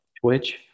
Twitch